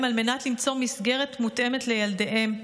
על מנת למצוא מסגרת מותאמת לילדיהם.